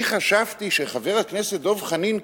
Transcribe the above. אני חשבתי שחבר הכנסת דב חנין,